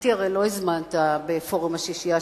אותי הרי לא הזמנת לפורום השישייה,